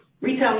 Retail